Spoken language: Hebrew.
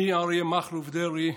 אני, אריה מכלוף דרעי,